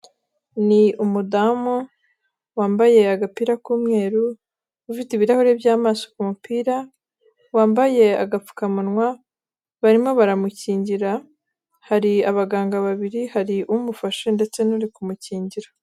Ni umudamu wambaye agapira k'umweru, ufite ibirahuri by'amaso ku mupira, wambaye agapfukamunwa, barimo baramukingira, hari abaganga babiri, hari umufashe ndetse n'uri kumukingira.